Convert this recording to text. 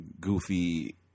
goofy